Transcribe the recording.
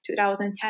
2010